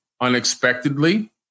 unexpectedly